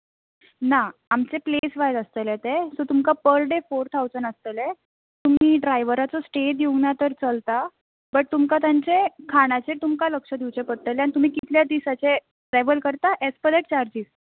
ना आमचे place wise आसतलें तें सो तुमकां पर डॅ फौर टाउसंड आसतले तुमी ड्रायव्हराचो स्टे दिवंक ना तर चलता बट तुमकां तांचे खाणाचें तुमकां लक्ष दिवचें पडटलें आनी तुमी कितल्या दिसांचे ट्रॅवल करता एस पर द चार्जीस